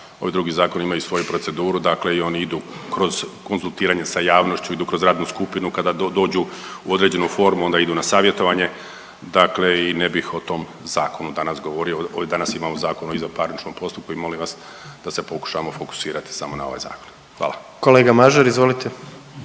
ovi drugi zakoni imaju svoju proceduru, dakle i oni idu kroz konzultiranje sa javnošću, idu kroz radnu skupinu. Kada dođu u određenu formu onda idu na savjetovanje, dakle i ne bih o tom zakonu danas govorio. Danas imamo Zakon o izvanparničnom postupku i molim vas da se pokušamo fokusirati samo na ovaj zakon. Hvala. **Jandroković,